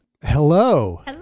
Hello